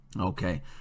Okay